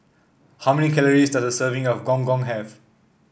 how many calories does a serving of Gong Gong have